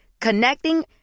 Connecting